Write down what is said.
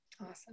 Awesome